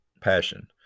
passion